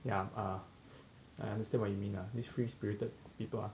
ya ah I understand what you mean ah this free spirited people ah